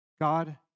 God